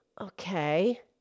Okay